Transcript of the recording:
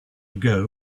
ago